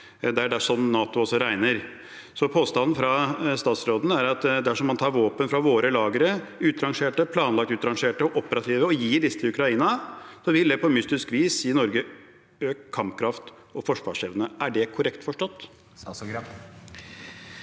Det er også sånn NATO regner. Så påstanden fra statsråden er at dersom man tar våpen fra våre lagre – utrangerte, planlagt utrangerte og operative – og gir disse til Ukraina, så vil det på mystisk vis gi Norge økt kampkraft og forsvarsevne. Er det korrekt forstått?